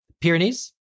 Pyrenees